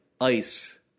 ICE